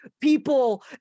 people